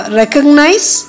recognize